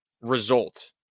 result